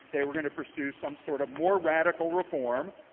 they were going to pursue some sort of more radical reform.